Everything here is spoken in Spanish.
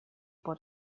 por